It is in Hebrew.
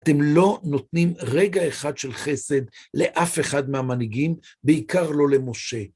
אתם לא נותנים רגע אחד של חסד לאף אחד מהמנהיגים, בעיקר לא למשה.